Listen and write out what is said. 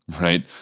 Right